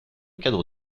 cadre